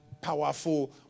powerful